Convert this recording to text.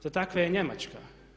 Za takve je Njemačka.